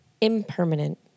impermanent